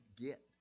get